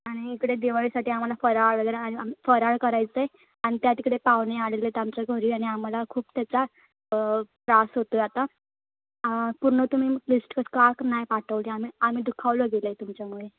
आणि इकडे दिवाळीसाठी आम्हाला फराळ वगैरे आणि फराळ करायचंय आणि त्या तिकडे पाहुणे आलेले आहेत आमच्या घरी आणि आम्हाला खूप त्याचा त्रास होतो आहे आता पूर्ण तुम्ही लिस्टच का क नाही पाठवली आणि आम्ही दुखावलो गेलो आहे तुमच्यामुळे